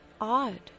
odd